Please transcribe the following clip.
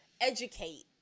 educate